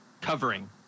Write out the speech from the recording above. covering